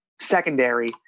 secondary